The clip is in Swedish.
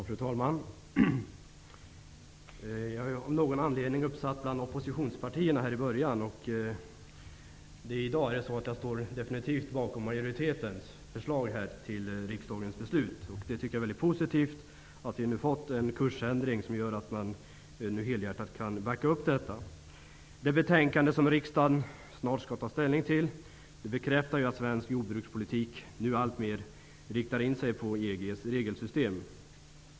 Fru talman! Jag är av någon anledning uppsatt bland talarna från oppositionspartierna i början på talarlistan. I dag står jag definitivt bakom majoritetens förslag till riksdagens beslut. Det är mycket positivt att vi nu fått en kursändring som gör att jag helhjärtat kan backa upp detta. Det betänkande som riksdagen snart skall ta ställning till bekräftar att svensk jordbrukspolitik nu alltmer riktar in sig på EG:s regelsystem.